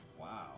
Wow